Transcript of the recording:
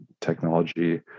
technology